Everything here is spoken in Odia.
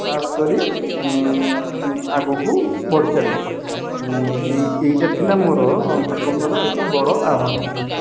ପାସ୍ କରି ଆଗକୁ ବଢ଼ିଚାଲିଛି ଏଇ ଏଇଟା ଥିଲା ମୋ ଜୀବନର ଏକ ବଡ଼ ଆହ୍ବାନ